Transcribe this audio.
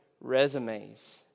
resumes